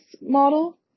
model